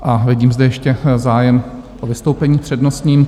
A vidím zde ještě zájem o vystoupení přednostní.